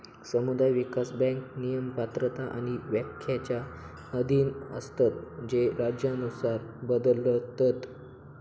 समुदाय विकास बँक नियम, पात्रता आणि व्याख्येच्या अधीन असतत जे राज्यानुसार बदलतत